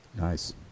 nice